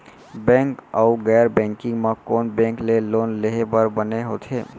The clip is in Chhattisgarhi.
बैंक अऊ गैर बैंकिंग म कोन बैंक ले लोन लेहे बर बने होथे?